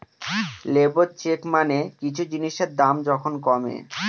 labour চেক মানে কিছু জিনিসের দাম যখন কমে